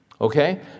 Okay